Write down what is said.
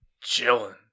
chilling